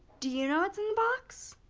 do you know what's in the box?